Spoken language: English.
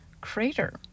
Crater